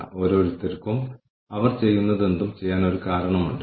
അവരുടെ ഉത്പാദനക്ഷമത കുറവാണെങ്കിൽ ഇത് ഒരു കാരണമായിരിക്കാം